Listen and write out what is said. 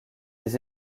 des